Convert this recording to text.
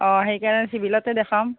অঁ সেইকাৰণে চিভিলতে দেখাম